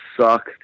suck